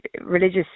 religious